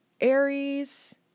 Aries